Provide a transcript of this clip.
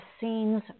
scenes